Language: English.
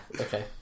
okay